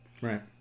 Right